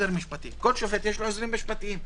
לכל שופט יש עוזר משפטי.